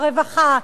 הרווחה,